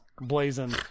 blazing